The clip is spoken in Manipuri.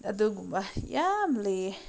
ꯑꯗꯨꯒꯨꯝꯕ ꯌꯥꯝ ꯂꯩꯌꯦ